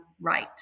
right